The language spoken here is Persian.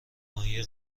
ماهی